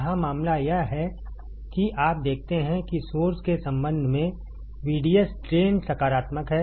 यहाँ मामला यह है कि आप देखते हैं कि सोर्स के संबंध में VDS ड्रेन सकारात्मक है